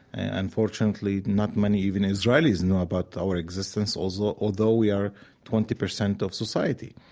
unfortunately, not many even israelis know about our existence, although although we are twenty percent of society.